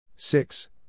Six